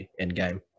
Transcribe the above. endgame